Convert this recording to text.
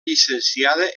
llicenciada